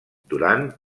durant